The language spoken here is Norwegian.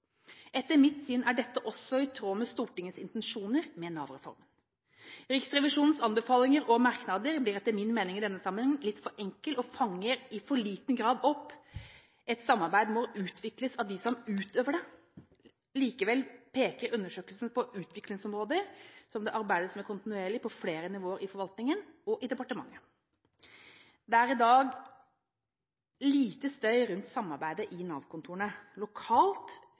Etter mitt syn er dette også i tråd med Stortingets intensjoner med Nav-reformen. Riksrevisjonens anbefalinger og merknader blir etter min mening i denne sammenheng litt for enkel og fanger i for liten grad opp. Et samarbeid må utvikles av dem som utøver det. Likevel peker undersøkelsen på utviklingsområder som det arbeides med kontinuerlig på flere nivå i forvaltningen og i departementet. Det er i dag lite støy rundt samarbeidet i Nav-kontorene. Lokalt